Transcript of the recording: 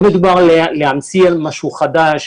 לא מדובר להמציא משהו חדש,